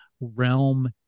realm